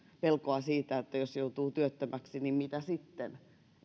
pelkoa siitä että jos joutuu työttömäksi niin mitä sitten